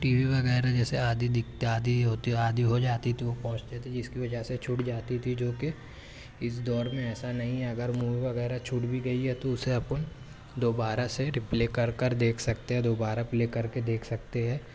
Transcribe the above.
T V وغیرہ جیسے آدھی دکھتی آدھی ہوتی آدھی ہو جاتی تھی وہ پہنچتے تھے جس کی وجہ سے چھوٹ جاتی تھی جو کہ اس دور میں ایسا نہیں ہے اگر مووی وغیرہ چھوٹ بھی گئی ہے تو اسے اپن دوبارہ سے ریپلے کر کر دیکھ سکتے ہیں دوبارہ پلے کر کے دیکھ سکتے ہیں